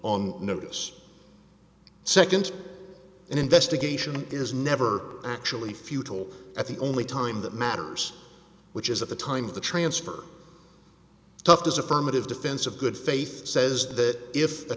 on notice second an investigation is never actually futile at the only time that matters which is at the time of the transfer tough as affirmative defense of good faith says that if